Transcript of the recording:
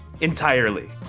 entirely